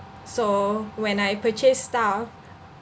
so when I purchase stuff